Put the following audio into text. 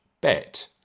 bet